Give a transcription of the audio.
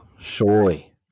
Surely